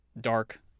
dark